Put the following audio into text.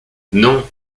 non